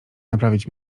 naprawić